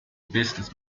business